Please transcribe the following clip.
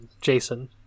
Jason